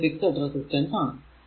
ഇത് fixed resistance ആണ്